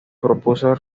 propuso